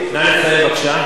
700,000 יהודים,